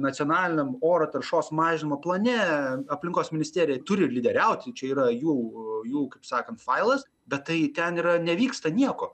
nacionaliniam oro taršos mažinimo plane aplinkos ministerija turi lyderiauti čia yra jų jų kaip sakant failas bet tai ten yra nevyksta nieko